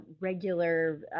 regular